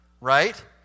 right